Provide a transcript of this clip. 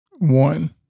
One